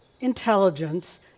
intelligence